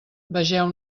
vegeu